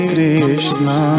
Krishna